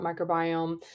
microbiome